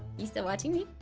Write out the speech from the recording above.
you still watching me?